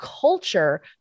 culture